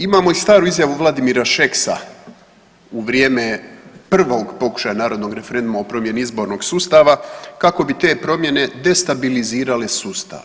Imamo i staru izjavu Vladimira Šeksa u vrijeme prvog pokušaja narodnog referenduma o promjeni izbornog sustava kako bi te promjene destabilizirale sustav.